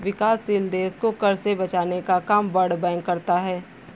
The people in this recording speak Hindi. विकासशील देश को कर्ज से बचने का काम वर्ल्ड बैंक करता है